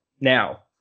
Now